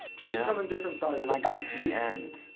trees come in different sizes. when i got to the end.